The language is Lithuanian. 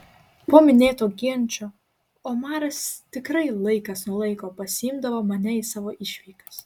po minėto ginčo omaras tikrai laikas nuo laiko pasiimdavo mane į savo išvykas